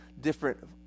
different—